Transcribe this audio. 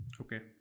Okay